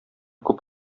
күп